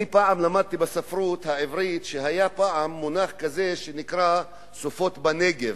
פעם למדתי בספרות העברית על מונח שנקרא "סופות בנגב".